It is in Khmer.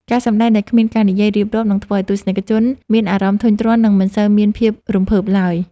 ការសម្តែងដែលគ្មានការនិយាយរៀបរាប់នឹងធ្វើឱ្យទស្សនិកជនមានអារម្មណ៍ធុញទ្រាន់ និង មិនសូវមានភាពរំភើបឡើយ។